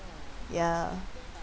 ya